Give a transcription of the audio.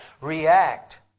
react